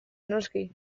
noski